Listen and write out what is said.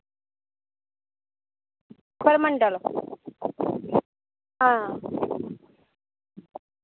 परमंडल हां